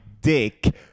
dick